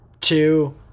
two